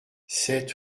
sept